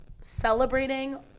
celebrating